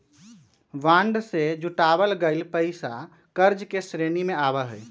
bond से जुटावल गइल पैसा कर्ज के श्रेणी में आवा हई